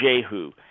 Jehu